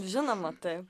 žinoma taip